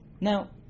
Now